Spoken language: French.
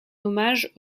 hommage